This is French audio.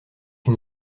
une